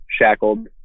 shackled